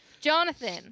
Jonathan